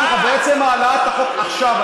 אמרתי לך שבעצם העלאת החוק עכשיו,